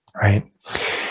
right